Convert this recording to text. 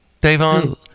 davon